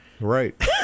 Right